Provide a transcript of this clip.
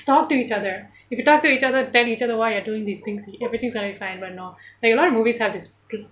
talk to each other if you talk to each other tell each other why you're doing these things everything's gonna be fine but no like a lot of movies have this